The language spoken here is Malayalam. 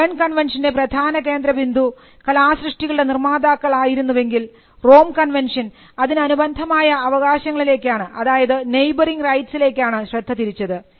ബേൺ കൺവൻഷൻറെ പ്രധാന കേന്ദ്രബിന്ദു കലാസൃഷ്ടികളുടെ നിർമാതാക്കൾ ആയിരുന്നുവെങ്കിൽ റോം കൺവെൻഷൻ അതിനനുബന്ധമായ അവകാശങ്ങളിലേക്കാണ് അതായത് നെയ്ബറിങ് റൈറ്റ്സിലേക്കാണ് ശ്രദ്ധ തിരിച്ചത്